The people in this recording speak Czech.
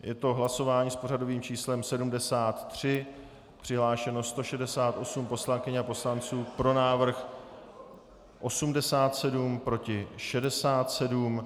Je to hlasování s pořadovým číslem 73, přihlášeno je 168 poslankyň a poslanců, pro návrh 87, proti 67.